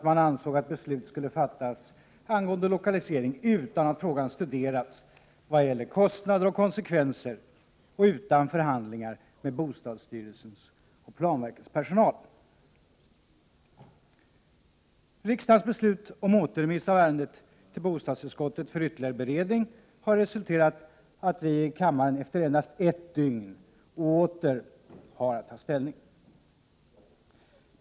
Man ansåg dessutom att beslut angående lokalisering skulle fattas utan att frågan hade studerats med avseende på kostnader och konsekvenser och utan att förhandla med bostadsstyrelsens och planverkets personal. Riksdagens beslut om återremiss av ärendet till bostadsutskottet för ytterligare beredning har resulterat i att vi här i kammaren efter endast ett dygn åter har att ta ställning i frågan.